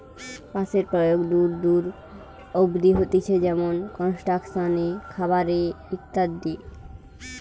বাঁশের প্রয়োগ দূর দূর অব্দি হতিছে যেমনি কনস্ট্রাকশন এ, খাবার এ ইত্যাদি